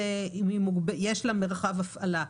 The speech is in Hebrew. יש לה מרחב הפעלה.